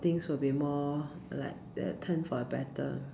things will be more like they turn for the better mm